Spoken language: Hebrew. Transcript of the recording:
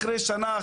אחרי שנה,